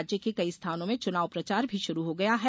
राज्य के कई स्थानों में चुनाव प्रचार भी शुरू हो गया है